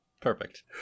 perfect